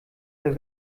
der